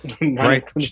right